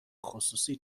خصوصی